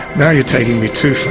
now you're taking me too